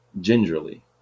Gingerly